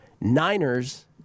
Niners